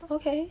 okay